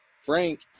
Frank